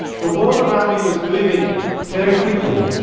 the world around me was moving very quickly.